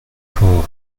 pour